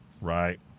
Right